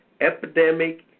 epidemic